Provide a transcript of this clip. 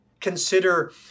Consider